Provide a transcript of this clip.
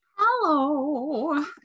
Hello